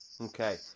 Okay